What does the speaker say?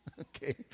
Okay